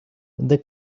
they